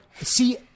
see